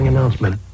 Announcement